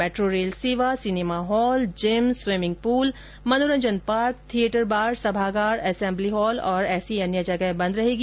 metro rail सेवा cinema hall gym swimming pool मनोरंजन park theatre bar सभागार assembly hall और ऐसी अन्य जगह बंद रहेगी